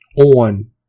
on